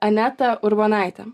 aneta urbonaitė